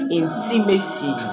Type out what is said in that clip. intimacy